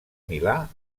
milà